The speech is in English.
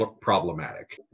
problematic